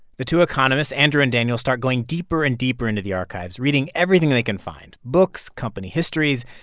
the two economists, andrew and daniel, start going deeper and deeper into the archives, reading everything they can find books, company histories.